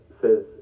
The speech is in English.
says